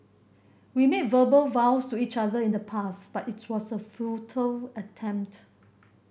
we made verbal vows to each other in the past but it was a futile attempt